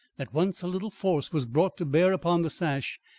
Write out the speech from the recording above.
that once a little force was brought to bear upon the sash,